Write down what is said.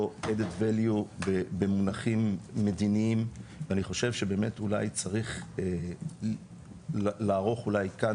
יש לו ערך במונחים מדיניים ואני חושב אולי שבאמת צריך לערוך אולי כאן